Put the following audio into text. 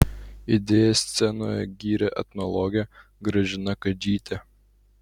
idėją scenoje gyrė etnologė gražina kadžytė